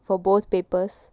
for both papers